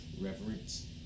reverence